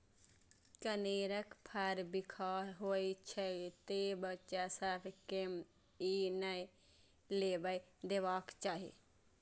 कनेरक फर बिखाह होइ छै, तें बच्चा सभ कें ई नै लेबय देबाक चाही